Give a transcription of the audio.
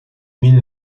mine